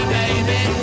baby